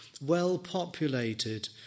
well-populated